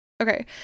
okay